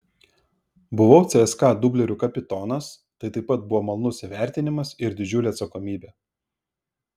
buvau cska dublerių kapitonas tai taip pat buvo malonus įvertinimas ir didžiulė atsakomybė